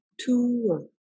two